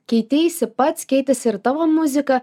keiteisi pats keitėsi ir tavo muzika